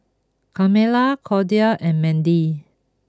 Carmella Cordie and Mandy